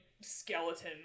skeleton